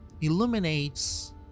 illuminates